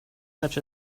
such